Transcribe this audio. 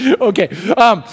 okay